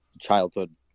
childhood